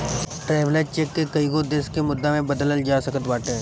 traveller cheque के कईगो देस के मुद्रा में बदलल जा सकत बाटे